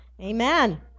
Amen